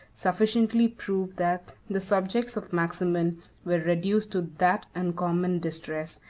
sufficiently prove that the subjects of maximin were reduced to that uncommon distress,